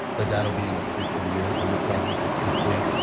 but that'll be in a future year when the project is complete.